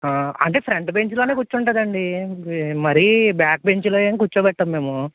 అంటే ఫ్రంట్ బెంచిలో కూర్చుంటుంది అండి మరి బ్యాక్ బెంచిలో ఏమి కుర్చోపెట్టం మేము